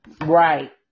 right